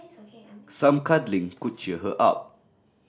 some cuddling could cheer her up